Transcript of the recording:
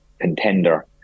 contender